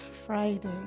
Friday